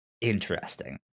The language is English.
Interesting